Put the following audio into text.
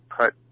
cut